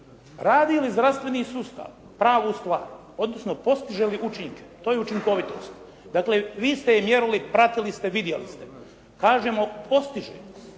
radi li zdravstveni sustav pravu stvar, odnosno postiže li učinke, to je učinkovitost. Dakle vi ste je mjerili, pratili ste, vidjeli ste. Kažemo postiže.